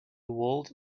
walls